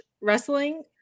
wrestling